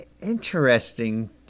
Interesting